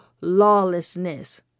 lawlessness